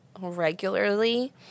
regularly